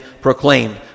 proclaimed